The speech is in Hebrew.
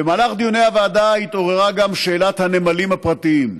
במהלך דיוני הוועדה התעוררה גם שאלת הנמלים הפרטיים.